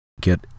get